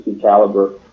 caliber